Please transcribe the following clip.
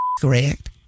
correct